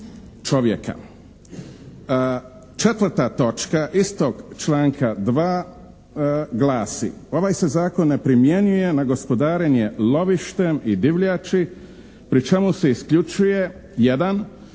4. točka istog članka 2. glasi: "Ovaj se zakon ne primjenjuje na gospodarenje lovištem i divljači pri čemu se isključuje 1)